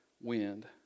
wind